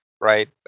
right